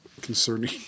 concerning